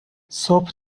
صبح